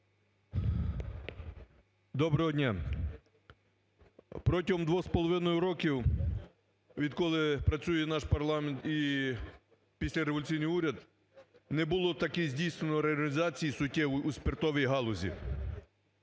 Доброго дня. Протягом двох з половиною років, відколи працює наш парламент і післяреволюційний уряд, не було такі здійснено реорганізації суттєвої у спиртовій галузі.